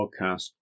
podcast